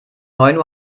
neun